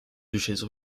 duchesse